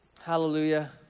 Hallelujah